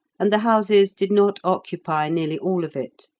and the houses did not occupy nearly all of it.